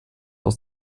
aus